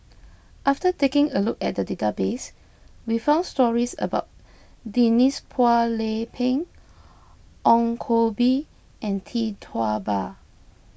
after taking a look at the database we found stories about Denise Phua Lay Peng Ong Koh Bee and Tee Tua Ba